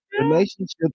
Relationships